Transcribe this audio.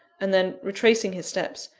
and then, retracing his steps,